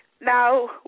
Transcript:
now